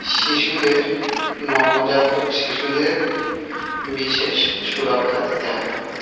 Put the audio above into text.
শিশুদের নবজাতক শিশুদের বিশেষ সুরক্ষা দিতে হবে